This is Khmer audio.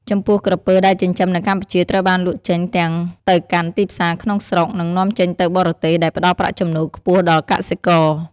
ចំពោះក្រពើដែលចិញ្ចឹមនៅកម្ពុជាត្រូវបានលក់ចេញទាំងទៅកាន់ទីផ្សារក្នុងស្រុក និងនាំចេញទៅបរទេស ដែលផ្តល់ប្រាក់ចំណូលខ្ពស់ដល់កសិករ។